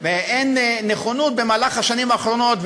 ואין נכונות במהלך השנים האחרונות,